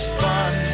fun